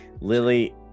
Lily